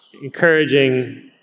encouraging